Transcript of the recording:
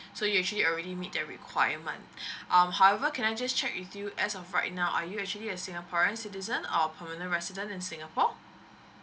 so you actually already meet the requirement um however can I just check with you as of right now are you actually a singaporean citizen or permanent resident in singapore